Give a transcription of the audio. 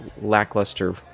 lackluster